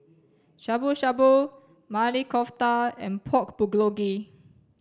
Shabu Shabu Maili Kofta and Pork Bulgogi